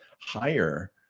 higher